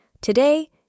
today